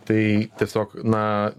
tai tiesiog na